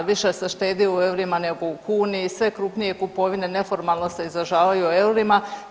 Više se štedi u eurima, nego u kuni i sve krupnije kupovine neformalno se izražavaju u eurima.